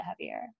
heavier